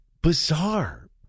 bizarre